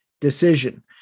decision